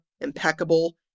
impeccable